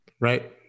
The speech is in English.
Right